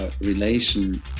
relation